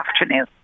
afternoon